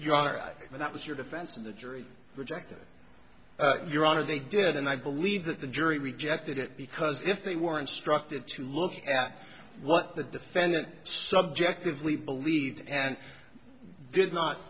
you are and that was your defense of the jury rejected your honor they did and i believe that the jury rejected it because if they were instructed to look at what the defendant subjectively believed and did not